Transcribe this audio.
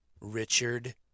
Richard